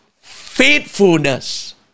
faithfulness